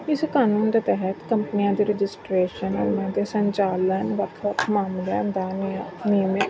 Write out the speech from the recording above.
ਇਸ ਕਾਨੂੰਨ ਦੇ ਤਹਿਤ ਕੰਪਨੀਆਂ ਦੀ ਰਜਿਸਟਰੇਸ਼ਨ ਉਹਨਾਂ ਦੇ ਸੰਚਾਲਨ ਵੱਖ ਵੱਖ ਮਾਮਲਿਆਂ ਦਾ ਨਿਯਾਂ ਨਿਯਮਿਤ